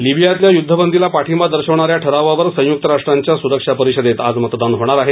लिबियातल्या युद्धबंदीला पाठिंबा दर्शवणा या ठरावावर संयुक्त राष्ट्रांच्या सुरक्षा परिषदेत आज मतदान होणार आहे